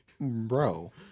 Bro